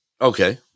okay